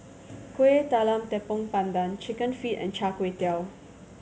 Kuih Talam Tepong Pandan Chicken Feet and Char Kway Teow